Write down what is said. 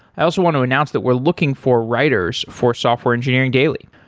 i also want to announce that we're looking for writers for software engineering daily.